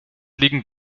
liegen